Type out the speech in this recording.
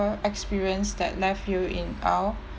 experience that left you in awe